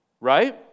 right